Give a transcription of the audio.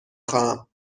خواهم